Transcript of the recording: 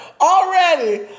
already